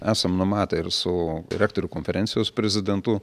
esam numatę ir su rektorių konferencijos prezidentu